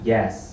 Yes